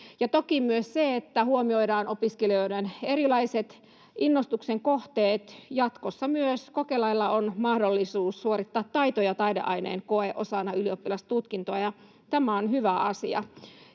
Toki myös huomioidaan opiskelijoiden erilaiset innostuksen kohteet. Jatkossa kokelailla on mahdollisuus suorittaa myös taito- ja taideaineen koe osana ylioppilastutkintoa, ja tämä on hyvä asia.